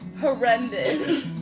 horrendous